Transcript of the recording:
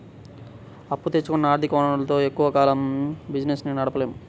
అప్పు తెచ్చుకున్న ఆర్ధిక వనరులతో ఎక్కువ కాలం బిజినెస్ ని నడపలేము